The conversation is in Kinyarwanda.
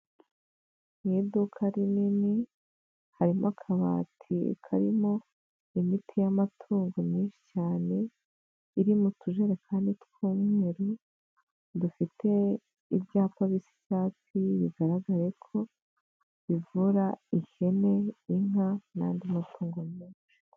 Mu iduka rinini harimo akabati karimo imiti y'amatungo menshi cyane iri mu tujerekani tw'umweru dufite ibyapa by'icyatsi bigaragare ko bivura ihene, inka n'andi matungo menshi.